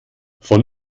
von